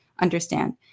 understand